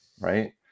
right